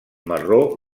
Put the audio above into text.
marró